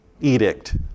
edict